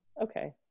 okay